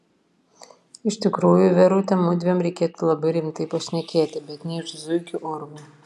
iš tikrųjų verute mudviem reikėtų labai rimtai pašnekėti bet ne iš zuikio urvo